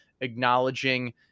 acknowledging